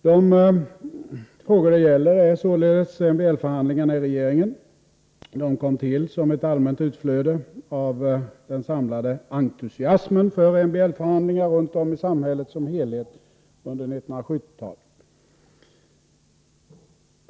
Den fråga det nu gäller är således MBL-förhandlingarna i regeringen. De kom till som ett allmänt utflöde av den samlade entusiasmen för MBL förhandlingar runt om i samhället som helhet i mitten av 1970-talet.